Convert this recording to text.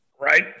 Right